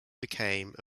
became